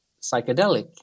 psychedelic